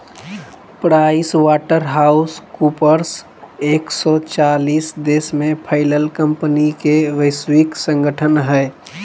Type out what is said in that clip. price water house coopers एक सो चालीस देश में फैलल कंपनि के वैश्विक संगठन हइ